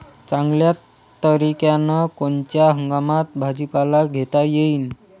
चांगल्या तरीक्यानं कोनच्या हंगामात भाजीपाला घेता येईन?